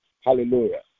Hallelujah